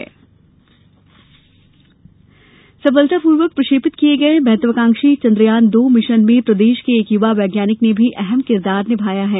युवा वैज्ञानिक सफलतापूर्वक प्रेक्षेपित किए गए महत्वकांक्षी चंद्रयान दो मिशन में प्रदेश के एक युवा वैज्ञानिक ने भी अहम किरदार निभाया है